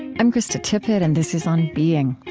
i'm krista tippett and this is on being.